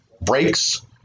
breaks